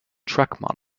truck